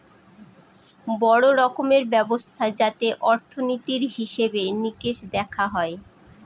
বড়ো রকমের ব্যবস্থা যাতে অর্থনীতির হিসেবে নিকেশ দেখা হয়